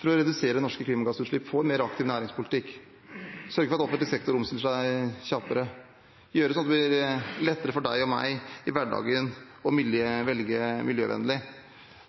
for å redusere norske klimagassutslipp – få en mer aktiv næringspolitikk, sørge for at offentlig sektor omstiller seg kjappere, gjøre sånn at det blir lettere for deg og meg å velge miljøvennlig i hverdagen.